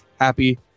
Happy